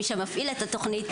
מי שמפעיל את התוכנית,